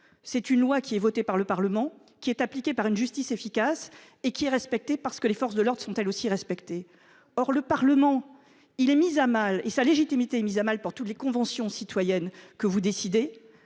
C'est une loi qui est votée par le Parlement qui est appliqué par une justice efficace et qui est respecté, parce que les forces de l'ordre ont elles aussi respecter. Or le Parlement. Il est mise à mal et sa légitimité est mise à mal par tous les conventions citoyennes que vous décidez,